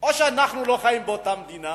האם אנחנו לא חיים באותה מדינה.